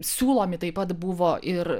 siūlomi taip pat buvo ir